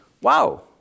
wow